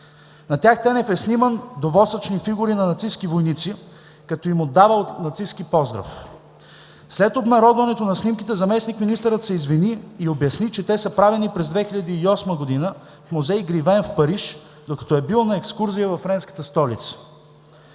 На тях Тенев е сниман до восъчни фигури на нацистки войници, като им отдава нацистки поздрав. След обнародването на снимките заместник-министърът се извини и обясни, че те са правени през 2008 г. в музей „Гревен“ в Париж, докато е бил на екскурзия във френската столица.